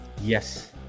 Yes